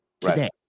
today